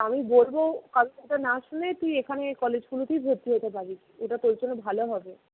আমি বলবো কারো কথা না শুনে তুই এখানে এই কলেজগুলোতেই ভর্তি হতে পারিস এটা তোর জন্য ভালো হবে